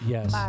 Yes